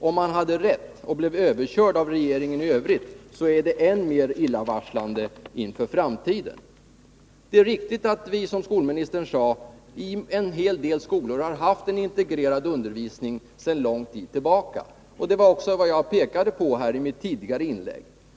Om han hade rätt och blev överkörd av regeringen i övrigt är det än mer illavarslande inför framtiden. Det är riktigt, som skolministern sade, att vi i en hel del skolor har en integrerad undervisning sedan lång tid tillbaka. Det pekade jag också på i mitt tidigare inlägg.